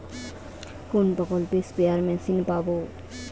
কোন প্রকল্পে spare machine পাব?